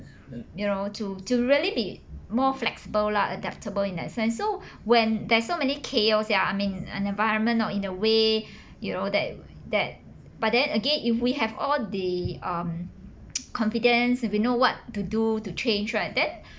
you know to to really be more flexible lah adaptable in that sense so when there's so many chaos ya I mean an environment or in the way you know that that but then again if we have all the uh confidence if you know what to do to change right then